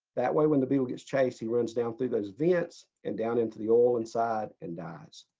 that way when the beetle gets chased, he runs down through those vents and down into the oil inside and dies.